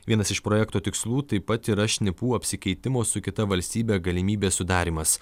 vienas iš projekto tikslų taip pat yra šnipų apsikeitimo su kita valstybe galimybės sudarymas